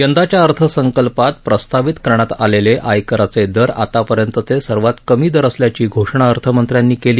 यंदाच्या अर्थसंकल्पात प्रस्तावित करण्यात आलेले आयकराचे दर आतापर्यंतचे सर्वात कमी दर असल्याची घोषणा अर्थमंत्र्यांनी केली